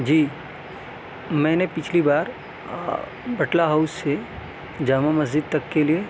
جی میں نے پچھلی بار بٹلا ہاؤس سے جامع مسجد تک کے لیے